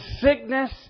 sickness